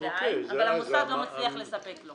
בעין אבל המוסד לא מצליח לספק לו.